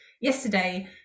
yesterday